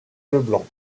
leblanc